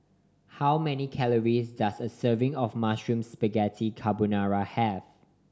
how many calories does a serving of Mushroom Spaghetti Carbonara have